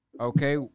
Okay